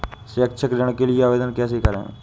शैक्षिक ऋण के लिए आवेदन कैसे करें?